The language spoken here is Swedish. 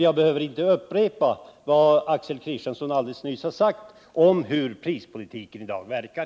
Jag behöver inte upprepa vad Axel Kristiansson nyss sade om hur prispolitiken i dag verkar.